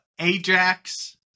Ajax